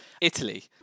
Italy